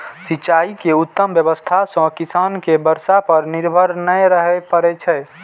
सिंचाइ के उत्तम व्यवस्था सं किसान कें बर्षा पर निर्भर नै रहय पड़ै छै